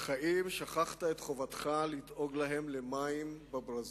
אך האם שכחת את חובתך לדאוג להם למים בברזים?